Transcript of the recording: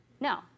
No